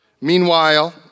Meanwhile